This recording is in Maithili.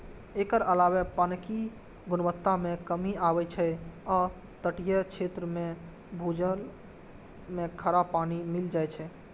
एकर अलावे पानिक गुणवत्ता मे कमी आबै छै आ तटीय क्षेत्र मे भूजल मे खारा पानि मिल जाए छै